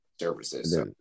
services